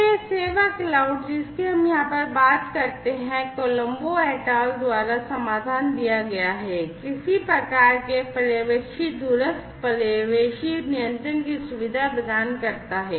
तो यह सेवा cloud जिसकी हम यहां पर बात करते हैं Colombo et al द्वारा समाधान दिया गया हैं किसी प्रकार के पर्यवेक्षी दूरस्थ पर्यवेक्षी नियंत्रण की सुविधा प्रदान करता है